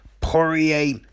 Poirier